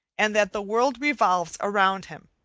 and that the world revolves around him.